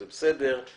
זה בסדר מיילים.